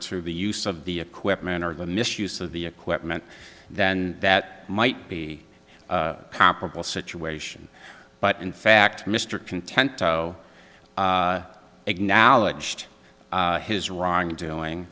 to the use of the equipment or the misuse of the equipment then that might be comparable situation but in fact mr content acknowledged his wrongdoing